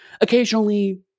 occasionally